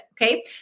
Okay